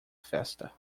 festa